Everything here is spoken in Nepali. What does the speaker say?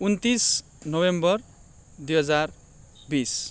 उन्तिस नोभेम्बर दुई हजार बिस